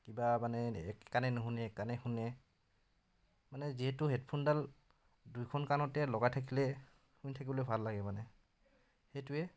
কিবা মানে এক কাণে নুশুনে এক কাণে শুনে মানে যিহেতু হেডফোনডাল দুয়োখন কাণতে লগাই থাকিলে শুনি থাকিবলৈ ভাল লাগে মানে সেইটোৱে